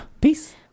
peace